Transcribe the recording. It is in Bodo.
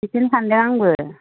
बिदिनो सान्दों आंबो